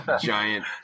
giant